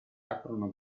aprono